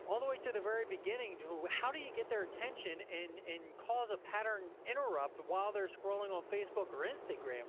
all the way to the very beginning to how do you get their attention and cause a pattern interrupt while they're scrolling on facebook or instagram.